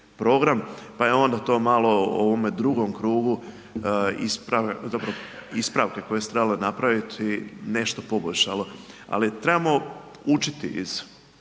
pa je onda to malo ovome drugom krugu, ispravke koje su se trebale napraviti, nešto poboljšalo. Ali trebamo učiti iz